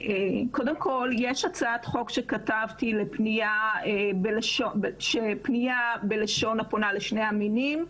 קודם כל יש הצעת חוק שכתבתי לפניה בלשון הפונה לשני המינים,